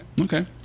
Okay